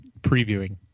previewing